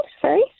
sorry